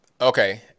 okay